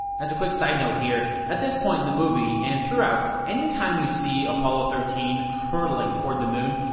as a quick side note here, at this point in the movie and throughout any time you see apollo thirteen hurdling toward the moon,